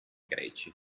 greci